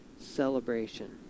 celebration